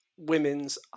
women's